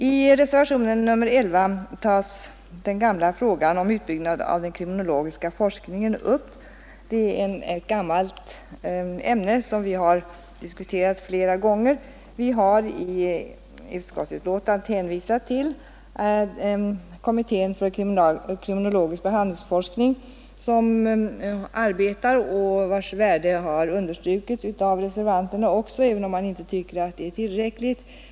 I reservationen 11 tar man upp den gamla frågan om en utbyggnad av den kriminologiska forskningen. Det är ett gammalt ämne, som vi diskuterat flera gånger. Vi har i utskottets betänkande hänvisat till det arbete som pågår inom kommittén för kriminologisk behandlingsforskning och vars värde har understrukits av reservanterna, även om de inte tycker att detta är tillräckligt.